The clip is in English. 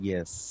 Yes